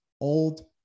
old